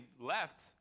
left